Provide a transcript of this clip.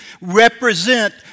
represent